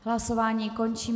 Hlasování končím.